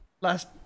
last